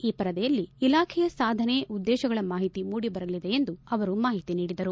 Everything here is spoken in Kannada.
ಈ ಪರದೆಯಲ್ಲಿ ಇಲಾಖೆಯ ಸಾಧನೆ ಉದ್ದೇಶಗಳ ಮಾಹಿತಿ ಮೂಡಿಬರಲಿದೆ ಎಂದು ಅವರು ಮಾಹಿತಿ ನೀಡಿದರು